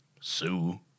sue